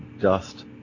dust